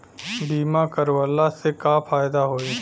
बीमा करवला से का फायदा होयी?